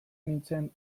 nintzen